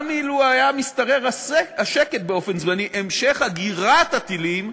גם לו השתרר השקט באופן זמני, המשך אגירת הטילים,